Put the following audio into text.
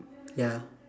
ya